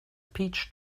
peach